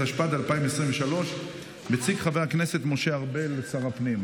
התשפ"ד 2023. מציג חבר הכנסת ושר הפנים משה ארבל.